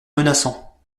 menaçant